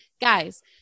guys